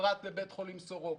פרט לבית החולים סורוקה?